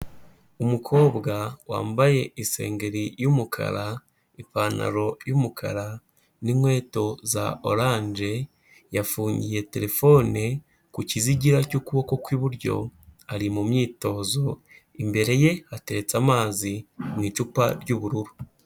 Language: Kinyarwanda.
Umukobwa wambaye isengeri y'umukara, ipantaro y'umukara n'inkweto za orange, yafungiye terefone ku kizigira cy'ukuboko kwiburyo ari mu myitozo, imbere ye hatetse amazi mu icupa ry'ubururu.